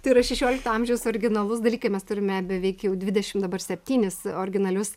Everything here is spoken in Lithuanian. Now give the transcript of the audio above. tai yra šešiolikto amžiaus originalūs dalykai mes turime beveik jau dvidešimt dabar septynis originalius